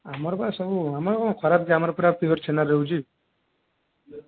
ଆମର ପା ସବୁ ଆମର କ'ଣ ଖରାପ କି ଆମର ପା ପିଓର ଛେନା ରେ ହେଉଛି